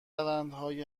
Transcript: روندهای